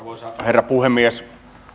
arvoisa herra puhemies